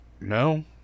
No